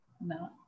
no